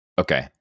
okay